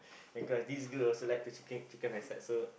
because this girl also like to chicken chicken-rice right so